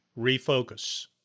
refocus